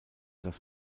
das